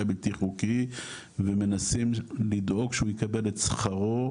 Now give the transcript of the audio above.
הבלתי חוקי ומנסים לדאוג שהוא יקבל את שכרו,